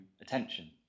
attention